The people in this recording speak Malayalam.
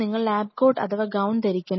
നിങ്ങൾ ലാബ് കോട്ട് അഥവാ ഗൌൺ ധരിക്കണം